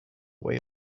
way